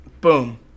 Boom